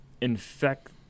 infect